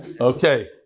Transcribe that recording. Okay